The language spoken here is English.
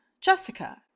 jessica